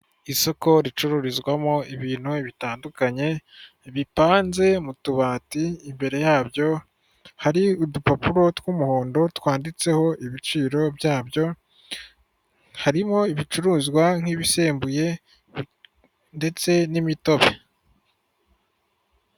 Isoko ricururizwamo ibintu bitandukanye bipanze mu tubati imbere yabyo hari udupapuro tw'umuhondo twanditseho ibiciro byabyo harimo ibicuruzwa nk'ibisembuye ndetse n'imitobe.